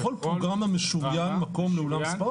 בכל פרוגרמה משוריין שטח לבניית אולם ספורט?